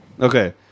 Okay